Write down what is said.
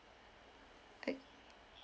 uh